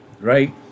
right